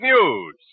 news